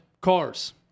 Cars